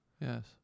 Yes